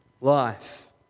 Life